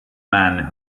man